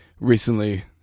recently